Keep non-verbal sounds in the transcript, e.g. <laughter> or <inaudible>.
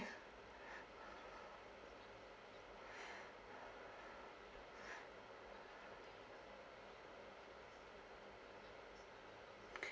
<breath>